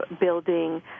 building